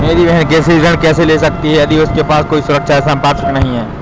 मेरी बहिन कृषि ऋण कैसे ले सकती है यदि उसके पास कोई सुरक्षा या संपार्श्विक नहीं है?